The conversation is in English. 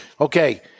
Okay